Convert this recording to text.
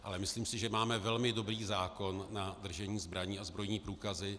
Ale myslím si, že máme velmi dobrý zákon na držení zbraní a zbrojní průkazy.